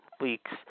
week's